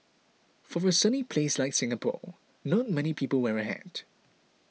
for a sunny place like Singapore not many people wear a hat